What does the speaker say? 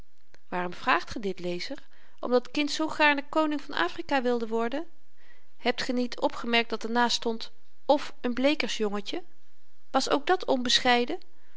waarom vraagt ge dit lezer omdat het kind zoo gaarne koning van afrika wilde worden hebt ge niet opgemerkt dat er naast stond of n bleekersjongetje was ook dat onbescheiden